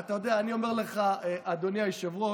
והינה, אתה יודע, אני אומר לך, אדוני היושב-ראש,